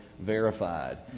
verified